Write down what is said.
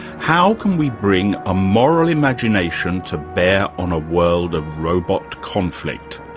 how can we bring a moral imagination to bear on a world of robot conflict?